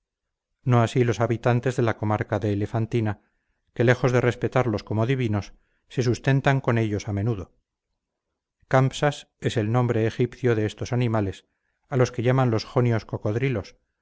no así los habitantes de la comarca de elefantina que lejos de respetarlos como divinos se sustentan con ellos a menudo campsas es el nombre egipcio de estos animales a los que llaman los jonios cocodrilos